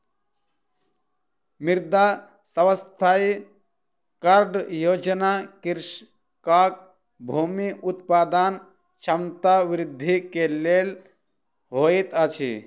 मृदा स्वास्थ्य कार्ड योजना कृषकक भूमि उत्पादन क्षमता वृद्धि के लेल होइत अछि